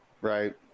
right